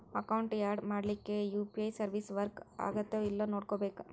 account add ಮಾಡ್ಲಿಕ್ಕೆ UPI service work ಆಗತ್ತೇಲ್ಲೋ ನೋಡ್ಕೋಬೇಕ್